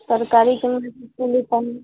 ତରକାରୀ କଣ ଅଛି ପନ